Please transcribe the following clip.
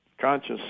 conscious